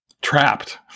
trapped